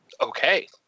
Okay